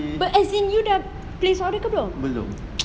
but as is you dah place order ke belum